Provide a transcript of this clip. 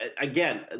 Again